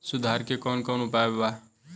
सुधार के कौन कौन उपाय वा?